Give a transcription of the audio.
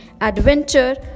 adventure